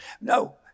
No